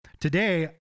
today